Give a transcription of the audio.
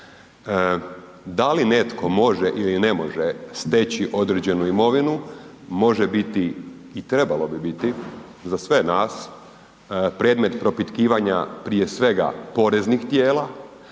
Da li netko može ili ne može steći određenu imovinu može biti i trebalo bi biti za sve nas predmet propitkivanja prije svega poreznih tijela,